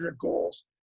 goals